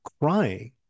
crying